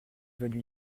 venu